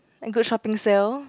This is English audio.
like good shopping sale